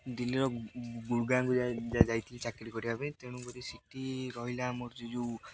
ଦିଲ୍ଲୀର ଗୁଡ଼ଗାଓଁକୁ ଯାଇଥିଲି ଚାକିରୀ କରିବା ପାଇଁ ତେଣୁକରି ସେଠି ରହିଲା ଆମର ସେ ଯେଉଁ